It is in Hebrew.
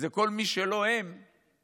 זה כל מי שלא הם בדיוק,